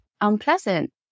unpleasant